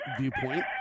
viewpoint